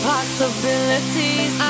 Possibilities